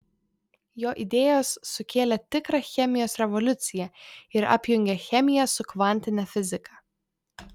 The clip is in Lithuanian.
jo idėjos sukėlė tikrą chemijos revoliuciją ir apjungė chemiją su kvantine fiziką